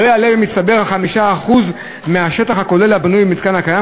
לא יעלה במצטבר על 5% מהשטח הכולל הבנוי במתקן הקיים.